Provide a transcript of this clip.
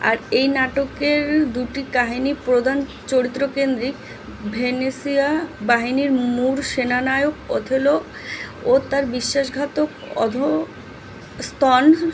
আর এই নাটকের দুটি কাহিনি প্রদান চরিত্র কেন্দ্রিক ভেনেসিয়া বাহিনীর মূল সেনানায়ক ওথেলো ও তার বিশ্বাসঘাতক অধস্তন